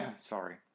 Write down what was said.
sorry